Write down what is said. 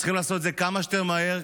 צריכים לעשות את זה כמה שיותר מהר,